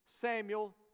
Samuel